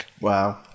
Wow